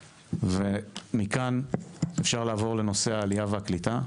מכאן אפשר לעבור לנושא העלייה והקליטה.